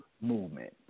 movement